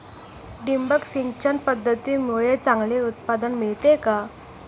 ठिबक सिंचन पद्धतीमुळे चांगले उत्पादन मिळते का?